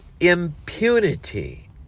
impunity